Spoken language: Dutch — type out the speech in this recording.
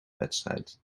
wedstrijd